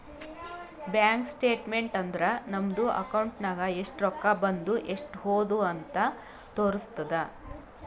bank statement ಅಂದುರ್ ನಮ್ದು account ನಾಗ್ ಎಸ್ಟ್ ರೊಕ್ಕಾ ಬಂದು ಎಸ್ಟ್ ಹೋದು ಅಂತ್ ತೋರುಸ್ತುದ್